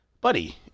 Buddy